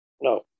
no